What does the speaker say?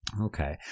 Okay